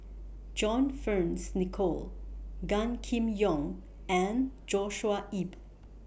John Fearns Nicoll Gan Kim Yong and Joshua Ip